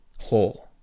whole